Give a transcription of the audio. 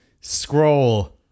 scroll